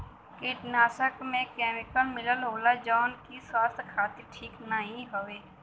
कीटनाशक में केमिकल मिलल होला जौन की स्वास्थ्य खातिर ठीक नाहीं हउवे